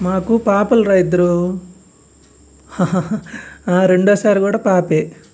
మాకు పాపలురా ఇద్దరు ఆ రెండోసారి కూడా పాపే